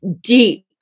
deep